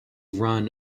run